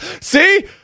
see